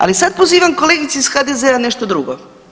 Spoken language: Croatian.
Ali sad pozivam kolegice iz HZD-a nešto drugo.